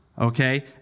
Okay